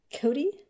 Cody